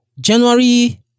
January